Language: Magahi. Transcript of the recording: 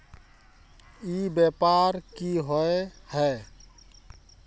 ई व्यापार की होय है?